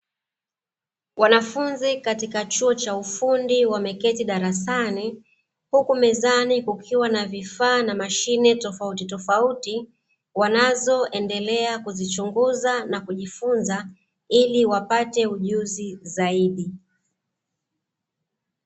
Wanafunzi katika chuo cha ufundi wameketi darasani, huku mezani kukiwa na vifaa na mashine tofautitofauti, wanazoendelea kuzichunguza na kujifunza ili wapate ujuzi zaidi.